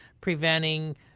preventing